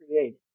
create